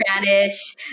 Spanish